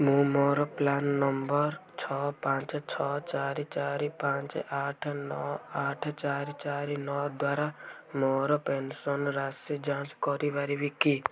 ମୁଁ ମୋର plan number ଛଅ ପାଞ୍ଚ ଛଅ ଚାରି ଚାରି ପାଞ୍ଚ ଆଠ ନଅ ଆଠ ଚାରି ଚାରି ନଅ ଦ୍ଵାରା ମୋର ପେନ୍ସନ୍ ରାଶି ଯାଞ୍ଚ କରିପାରିବି କି